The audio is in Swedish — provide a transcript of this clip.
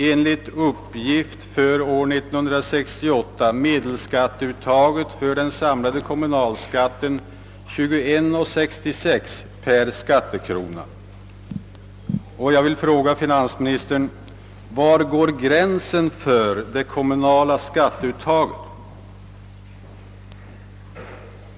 Enligt uppgift blir medelskatteuttaget i länet för år 1968 kronor 21:66 per skattekrona för den samlade kommunalskatten, och jag vill fråga finansministern: Var går gränsen för det kommunala skatteuttaget?